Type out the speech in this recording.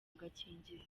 agakingirizo